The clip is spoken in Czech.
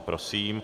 Prosím.